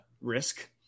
risk